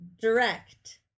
Direct